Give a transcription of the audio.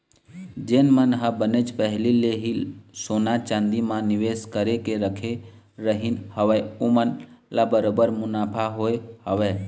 जेन मन ह बनेच पहिली ले ही सोना चांदी म निवेस करके रखे रहिन हवय ओमन ल बरोबर मुनाफा होय हवय